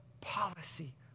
policy